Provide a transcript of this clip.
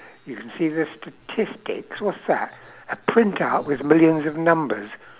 you can see the statistics what's that a printout with millions of numbers